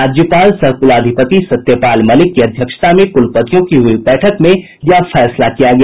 राज्यपाल सह कुलाधिपति सत्यपाल मलिक की अध्यक्षता में कुलपतियों की हुई बैठक में यह फैसला किया गया